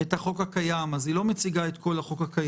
את החוק הקיים, אז היא לא מציגה את כל החוק הקיים.